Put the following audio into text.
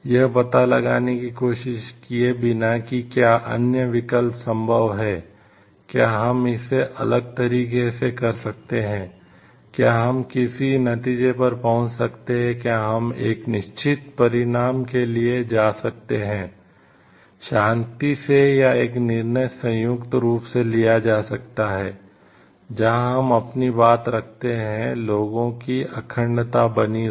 यह पता लगाने की कोशिश किए बिना कि क्या अन्य विकल्प संभव हैं क्या हम इसे अलग तरीके से कर सकते हैं क्या हम किसी नतीजे पर पहुंच सकते हैं क्या हम एक निश्चित परिणाम के लिए जा सकते हैं शांति से या एक निर्णय संयुक्त रूप से लिया जा सकता है जहां हम अपनी बात रखते हैं लोगों की अखंडता बनी रहे